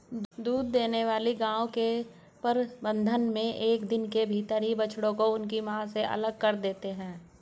दूध देने वाली गायों के प्रबंधन मे एक दिन के भीतर बछड़ों को उनकी मां से अलग कर देते हैं